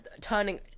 turning